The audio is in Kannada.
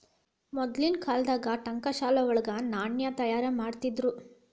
ಮದ್ಲಿನ್ ಕಾಲ್ದಾಗ ಠಂಕಶಾಲೆ ವಳಗ ನಾಣ್ಯ ತಯಾರಿಮಾಡ್ತಿದ್ರು